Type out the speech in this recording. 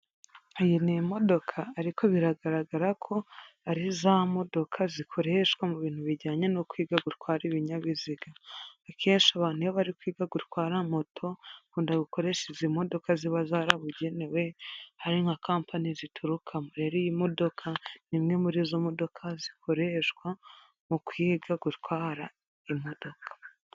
Iyi ni imodoka ariko biragaragara ko ari za modoka zikoreshwa mu bintu bijyanye no kwiga gutwara ibinyabiziga, akenshi abantu iyo bari kwiga gutwara moto bakunda gukoresha izi modoka ziba zarabugenewe hari nka kampani ziturukamo, rero iyi modoka ni imwe muri izo modoka zikoreshwa mu kwiga gutwara imodoka.